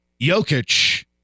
Jokic